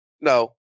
No